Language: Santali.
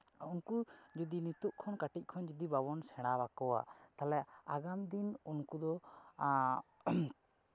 ᱩᱱᱠᱩ ᱡᱩᱫᱤ ᱱᱤᱛᱚᱜ ᱠᱷᱚᱱ ᱠᱟᱹᱴᱤᱡ ᱠᱷᱚᱱ ᱡᱩᱫᱤ ᱵᱟᱵᱚᱱ ᱥᱮᱬᱟ ᱟᱠᱚᱣᱟ ᱛᱟᱦᱞᱮ ᱟᱜᱟᱢ ᱫᱤᱱ ᱩᱱᱠᱩ ᱫᱚ